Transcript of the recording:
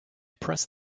pressed